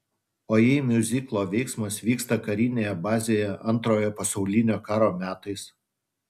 o jei miuziklo veiksmas vyksta karinėje bazėje antrojo pasaulinio karo metais